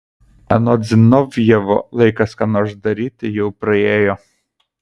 anot zinovjevo laikas ką nors daryti jau praėjo